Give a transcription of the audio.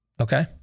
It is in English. Okay